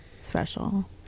special